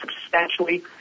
substantially